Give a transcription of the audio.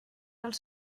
els